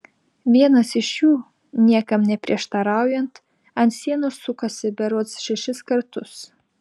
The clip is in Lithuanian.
vienas iš jų niekam neprieštaraujant ant sienos sukosi berods šešis kartus